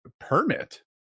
Permit